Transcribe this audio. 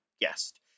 guest